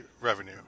revenue